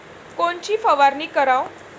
कोनची फवारणी कराव?